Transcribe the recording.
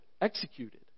executed